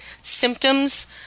symptoms